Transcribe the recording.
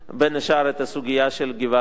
בין השאר, את הסוגיה של גבעת-האולפנה.